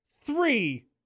three